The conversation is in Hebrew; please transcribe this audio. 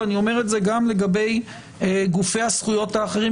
ואני אומר את זה גם לגבי גופי הזכויות האחרים,